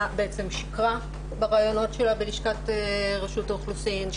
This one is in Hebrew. שיקרה בראיונות שלה בלשכת רשות האוכלוסין,